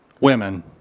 women